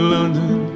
London